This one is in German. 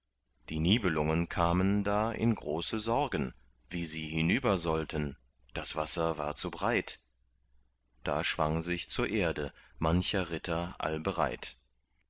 die nibelungen kamen da in große sorgen wie sie hinüber sollten das wasser war zu breit da schwang sich zur erde mancher ritter allbereit